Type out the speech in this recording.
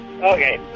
Okay